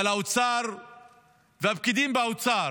אבל האוצר והפקידים באוצר